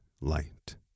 light